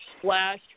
Flash